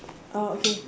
uh okay